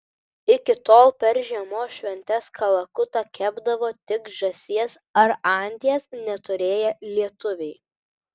iki tol per žiemos šventes kalakutą kepdavo tik žąsies ar anties neturėję lietuviai